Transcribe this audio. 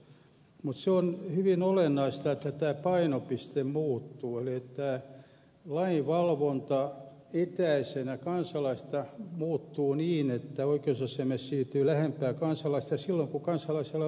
mutta se on hyvin olennaista että tämä painopiste muuttuu eli että tämä lainvalvonta etäisenä kansalaisesta muuttuu niin että oikeusasiamies siirtyy lähemmäksi kansalaista ja silloin kun kansalaisella on perusteet ratkaistaan